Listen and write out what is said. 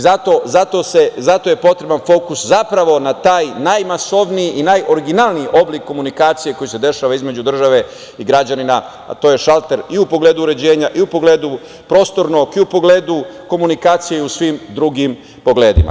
Zato je potreban fokus, zapravo, na taj najmasovniji i najoriginalniji oblik komunikacije koji se dešava između države i građanina, a to je šalter i u pogledu uređenja i u pogledu prostornog i u pogledu komunikacije i u svim drugim pogledima.